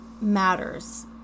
matters